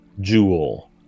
Jewel